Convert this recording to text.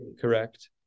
Correct